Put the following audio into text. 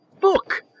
book